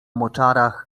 moczarach